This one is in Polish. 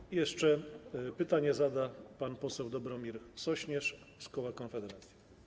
I jeszcze pytanie zada pan poseł Dobromir Sośnierz z koła Konfederacja.